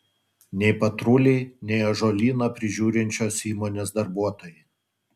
nei patruliai nei ąžuolyną prižiūrinčios įmonės darbuotojai